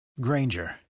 Granger